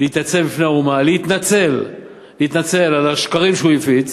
להתנצל בפני האומה, להתנצל על השקרים שהוא הפיץ,